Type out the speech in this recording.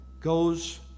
goes